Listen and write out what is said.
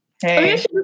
hey